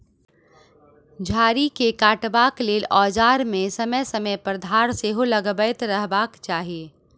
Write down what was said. झाड़ी के काटबाक लेल औजार मे समय समय पर धार सेहो लगबैत रहबाक चाही